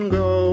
go